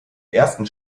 ersten